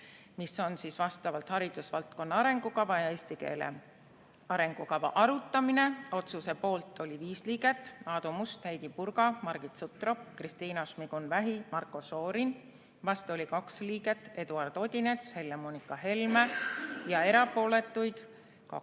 mis olid haridusvaldkonna arengukava ja eesti keele arengukava arutamine. Otsuse poolt oli viis liiget: Aadu Must, Heidy Purga, Margit Sutrop, Kristina Šmigun-Vähi ja Marko Šorin. Vastu oli kaks liiget: Eduard Odinets ja Helle-Moonika Helme, erapooletuid oli